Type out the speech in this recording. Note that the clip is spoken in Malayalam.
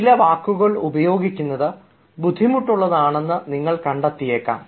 ചില വാക്കുകൾ ഉപയോഗിക്കുന്നത് ബുദ്ധിമുട്ടുള്ളതാണെന്ന് നിങ്ങൾ കണ്ടെത്തിയെക്കാം